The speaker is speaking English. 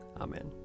Amen